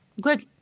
good